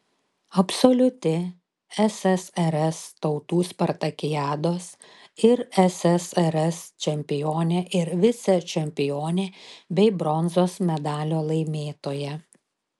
absoliuti ssrs tautų spartakiados ir ssrs čempionė ir vicečempionė bei bronzos medalio laimėtoja